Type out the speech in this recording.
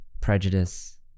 Prejudice